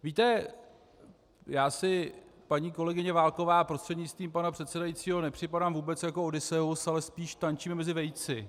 Víte, já si, paní kolegyně Válková prostřednictvím pana předsedajícího, nepřipadám vůbec jako Odysseus, ale spíš tančím mezi vejci.